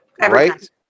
right